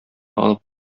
алып